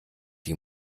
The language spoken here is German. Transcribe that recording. die